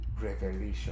revelation